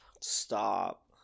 Stop